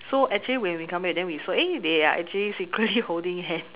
so actually when we come back then we saw eh they are actually secretly holding hands